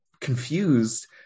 confused